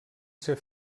ser